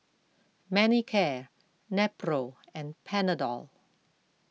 Manicare Nepro and Panadol